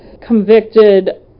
convicted